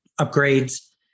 upgrades